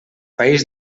país